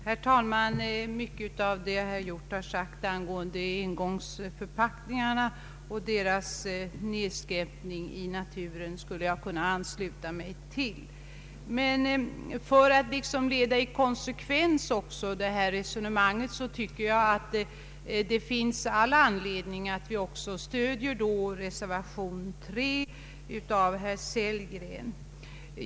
Herr talman! Mycket av det herr Hjorth sade om engångsförpackningarna och den nedskräpning i naturen som de för med sig skulle jag kunna ansluta mig till. Men för att leda det resonemanget i konsekvens anser jag att det finns all anledning att också stödja reservation III av herr Sellgren.